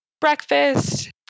breakfast